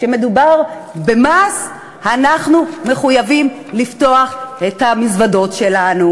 כשמדובר במס אנחנו מחויבים לפתוח את המזוודות שלנו,